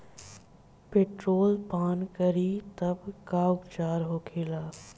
Petrol पान करी तब का उपचार होखेला?